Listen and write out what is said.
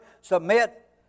Submit